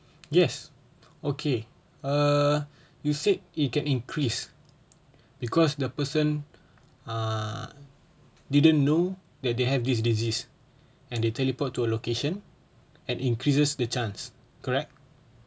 yes okay err you said it can increase because the person uh didn't know that they have this disease and they teleport to a location and increases the chance correct